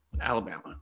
Alabama